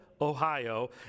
Ohio